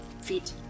Feet